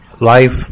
Life